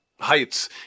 heights